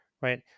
right